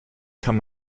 kann